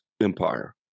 empire